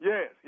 Yes